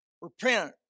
Repent